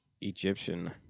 Egyptian